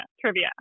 trivia